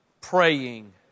praying